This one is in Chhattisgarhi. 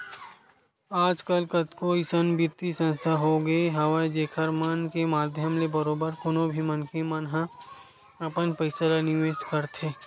आजकल कतको अइसन बित्तीय संस्था होगे हवय जेखर मन के माधियम ले बरोबर कोनो भी मनखे मन ह अपन पइसा ल निवेस करथे